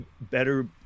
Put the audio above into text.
better